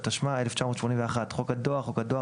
התשמ"א 1981; "חוק הדואר" חוק הדואר,